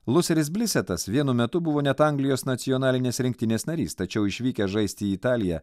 luseris blisetas vienu metu buvo net anglijos nacionalinės rinktinės narys tačiau išvykęs žaisti į italiją